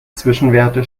zwischenwerte